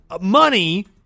money